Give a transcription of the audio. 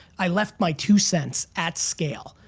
i left my two cents at scale.